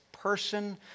person